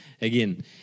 again